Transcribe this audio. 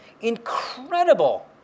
incredible